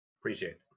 Appreciate